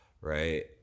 right